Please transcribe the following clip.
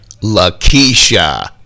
Lakeisha